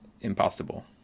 impossible